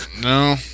no